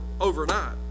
overnight